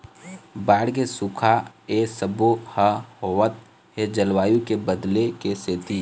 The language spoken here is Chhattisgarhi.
बाड़गे, सुखा ए सबो ह होवत हे जलवायु के बदले के सेती